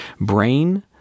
Brain